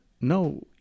no